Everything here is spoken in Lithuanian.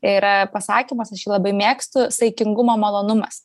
yra pasakymas aš jį labai mėgstu saikingumo malonumas